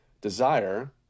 desire